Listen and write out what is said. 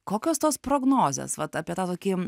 kokios tos prognozės vat apie tą tokį